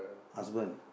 husband